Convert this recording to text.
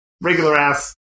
regular-ass